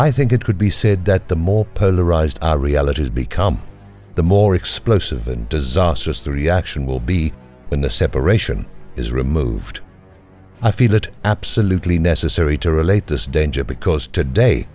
i think it could be said that the more polarized our realities become the more explosive and disastrous the reaction will be when the separation is removed i feel it absolutely necessary to relate this danger because today